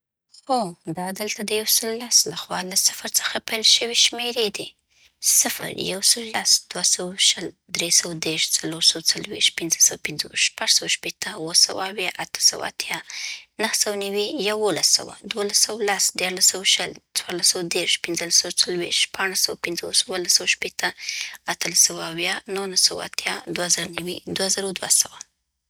هو، دا دلته د يو سل او لس لخوا له صفر څخه پیل شوي شمېرې دي: صفر یو سل او لس دوه سوه شل درې سوه دېرش څلور سوه څلوېښت پنځه سوه پنځوس شپږ سوه شپېته اووه سوه اویا اته سوه اتیا نهه سوه نوي زر او سل زر دوه سوه او لس زر درې سوه شل زر څلور سوه دېرش زر پنځه سوه څلوېښت زر شپږ سوه پنځوس زر اووه سوه شپېته زر اته سوه اویا زر نهه سوه اتیا دوه زره نوي دوه زره او دوه سوه